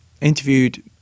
interviewed